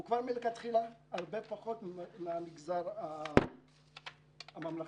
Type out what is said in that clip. הוא הרבה פחות מהמגזר הממלכתי.